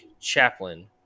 chaplain